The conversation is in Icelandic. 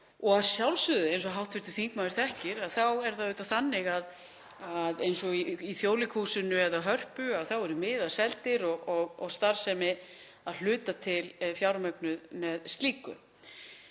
Að sjálfsögðu, eins og hv. þingmaður þekkir, er það auðvitað þannig, eins og í Þjóðleikhúsinu eða Hörpu, að miðar eru seldir og starfsemi að hluta til fjármögnuð með slíku.